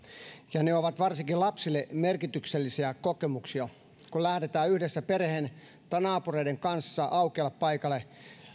ja ne ovat varsinkin lapsille merkityksellisiä kokemuksia kun lähdetään yhdessä perheen tai naapureiden kanssa aukealle paikalle